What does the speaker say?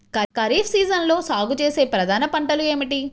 ఖరీఫ్ సీజన్లో సాగుచేసే ప్రధాన పంటలు ఏమిటీ?